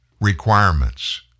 requirements